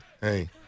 Hey